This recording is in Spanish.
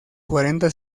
cuarenta